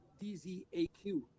DZAQ